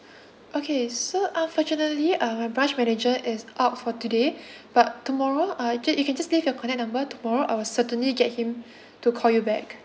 okay so unfortunately our branch manager is out for today but tomorrow uh ju~ you can just leave your contact number tomorrow I'll certainly get him to call you back